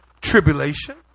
Tribulation